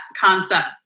concept